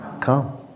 Come